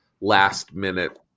last-minute